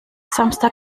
samstag